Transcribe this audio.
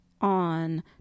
on